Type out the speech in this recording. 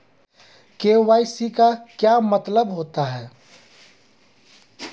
KYC का क्या मतलब होता है?